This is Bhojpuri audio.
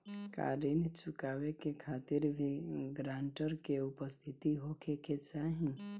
का ऋण चुकावे के खातिर भी ग्रानटर के उपस्थित होखे के चाही?